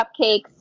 cupcakes